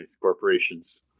corporations